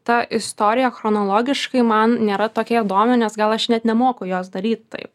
ta istorija chronologiškai man nėra tokia įdomi nes gal aš net nemoku jos daryt taip